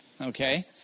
okay